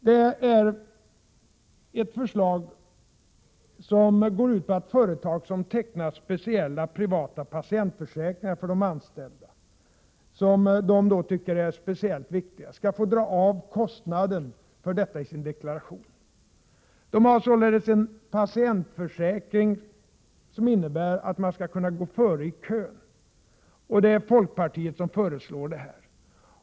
Det går ut på att företag som tecknar speciella privata patientförsäkringar för anställda som de tycker är speciellt viktiga skall få dra av kostnaderna för detta i sin deklaration. De som har en sådan patientförsäkring skall sedan kunna gå före i kön, när de blir sjuka. Det är folkpartiet som föreslår det.